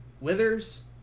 withers